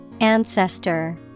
Ancestor